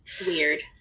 Weird